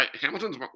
Hamilton's